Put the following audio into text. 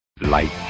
Light